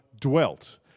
dwelt